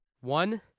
One